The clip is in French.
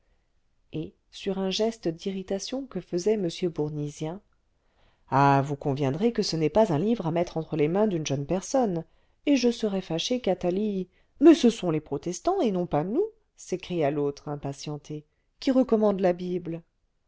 et sur un geste d'irritation que faisait m bournisien ah vous conviendrez que ce n'est pas un livre à mettre entre les mains d'une jeune personne et je serais fâché qu'athalie mais ce sont les protestants et non pas nous s'écria l'autre impatienté qui recommandent la bible